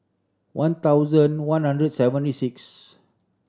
one thousand one hundred seventy sixth